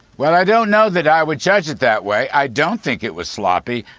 well, i don't know that i would judge it that way. i don't think it was sloppy.